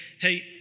hey